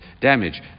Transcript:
damage